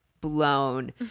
blown